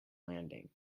landing